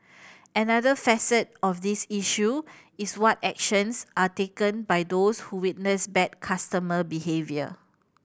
another facet of this issue is what actions are taken by those who witness bad customer behaviour